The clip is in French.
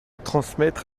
transmettre